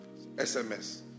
SMS